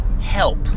Help